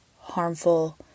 harmful